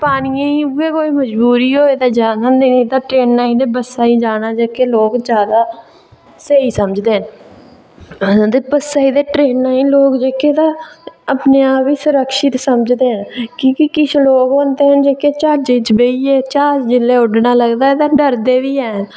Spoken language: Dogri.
कि पानियै ई उ'ऐ कोई मजबूरी होऐ ते जाना नेईं तां ट्रेना बस्सै ई जाना जेह्के लोग जादा स्हेई समझदे न ते बस्सां ते ट्रेनें लोक जेह्के तां अपने आप गी सुरक्षित समझदे न कि के किश लोग होंदे न जेह्के ज्हाजै च बेहियै ते ज्हाज जेल्लै उड्ढना लगदा तां डरदे बी हैन